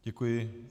Děkuji.